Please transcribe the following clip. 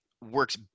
works